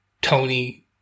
Tony